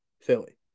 Philly